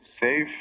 safe